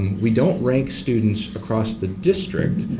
we don't rank students across the district,